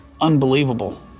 unbelievable